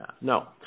No